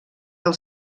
del